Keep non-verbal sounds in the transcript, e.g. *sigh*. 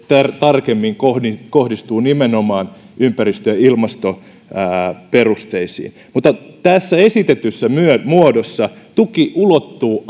tarkemmin kohdistuu kohdistuu nimenomaan ympäristö ja ilmastoperusteisiin mutta tässä esitetyssä muodossa tuki ulottuu *unintelligible*